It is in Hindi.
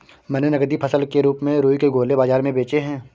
मैंने नगदी फसल के रूप में रुई के गोले बाजार में बेचे हैं